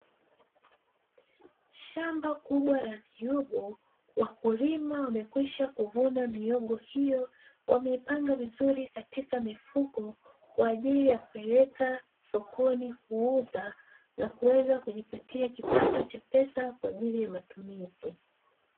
Shamba kubwa la mihogo, wakulima wamekwisha kuvuna mihogo hiyo. Wameipanga vizuri katika mifuko kwa ajili ya kupeleka sokoni kuuza na kuweza kujipatia kipato cha pesa, kwa ajili ya matumizi.